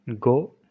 Go